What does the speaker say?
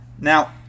Now